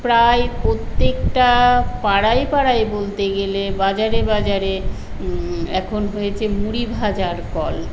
প্রায় প্রত্যেকটা পাড়ায় পাড়ায় বলতে গেলে বাজারে বাজারে এখন হয়েছে মুড়ি ভাজার কল